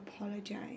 apologize